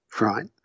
right